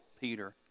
Peter